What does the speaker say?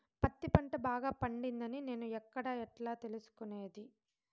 పత్తి పంట బాగా పండిందని నేను ఎక్కడ, ఎట్లా తెలుసుకునేది?